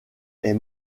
est